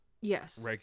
Yes